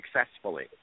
successfully